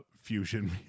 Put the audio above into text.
fusion